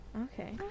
Okay